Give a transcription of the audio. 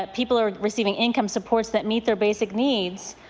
ah people are receiving income supports that meet their basic needs,